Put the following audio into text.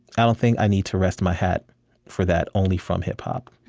i don't think i need to rest my hat for that only from hip-hop.